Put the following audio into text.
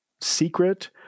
secret